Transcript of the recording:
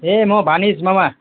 ए म भानिज मामा